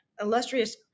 illustrious